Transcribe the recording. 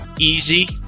easy